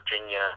Virginia